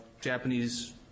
japanese